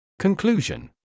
Conclusion